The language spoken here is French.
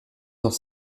dans